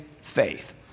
faith